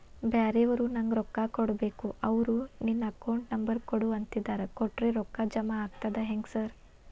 ಬ್ಯಾರೆವರು ನಂಗ್ ರೊಕ್ಕಾ ಕೊಡ್ಬೇಕು ಅವ್ರು ನಿನ್ ಅಕೌಂಟ್ ನಂಬರ್ ಕೊಡು ಅಂತಿದ್ದಾರ ಕೊಟ್ರೆ ರೊಕ್ಕ ಜಮಾ ಆಗ್ತದಾ ಹೆಂಗ್ ಸಾರ್?